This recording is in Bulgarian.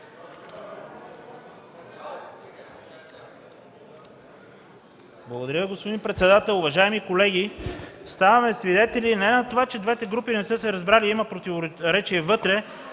Благодаря, господин председател. Уважаеми колеги, ставаме свидетели не само на това, че двете групи не са се разбрали и има противоречие вътре,